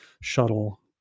shuttle